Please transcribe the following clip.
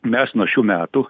mes nuo šių metų